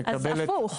הפוך.